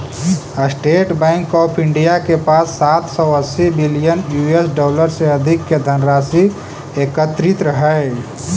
state Bank of India के पास सात सौ अस्सी बिलियन यूएस डॉलर से अधिक के धनराशि एकत्रित हइ